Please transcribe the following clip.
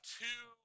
two